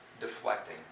deflecting